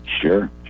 Sure